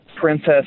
Princess